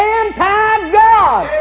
anti-God